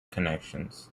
connections